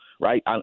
right